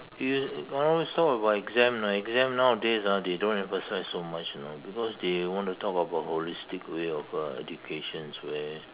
you I always talk about exam you know exam nowadays ah they don't emphasize so much you know because they want to talk about holistic way of uh educations where